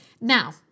Now